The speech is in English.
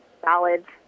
salads